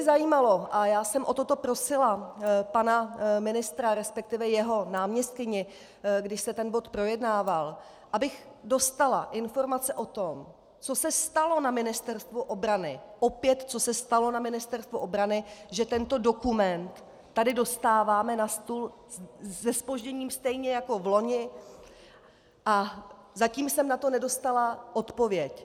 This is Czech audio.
Zajímalo by mě, a prosila jsem o toto pana ministra, resp. jeho náměstkyni, když se ten bod projednával, abych dostala informace o tom, co se stalo na Ministerstvu obrany, opět co se stalo na Ministerstvu obrany, že tento dokument tady dostáváme na stůl se zpožděním stejně jako vloni, a zatím jsem na to nedostala odpověď.